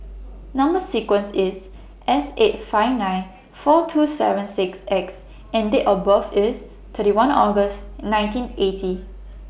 Number sequence IS S eight five nine four two seven six X and Date of birth IS thirty one August nineteen eighty